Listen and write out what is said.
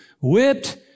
whipped